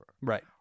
Right